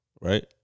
right